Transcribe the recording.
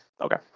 okay